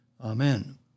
Amen